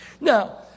Now